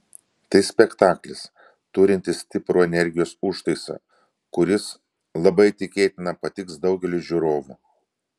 tai spektaklis turintis stiprų energijos užtaisą kuris labai tikėtina patiks daugeliui žiūrovų